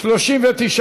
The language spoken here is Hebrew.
5 נתקבלו.